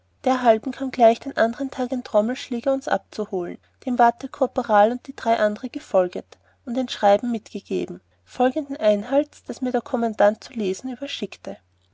derhalben kam gleich den andern tag ein trommelschläger uns abzuholen dem ward der korporal und die drei andere gefolget und ein schreiben mitgegeben folgenden einhalts das mir der kommandant zu lesen